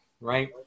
right